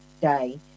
day